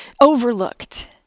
overlooked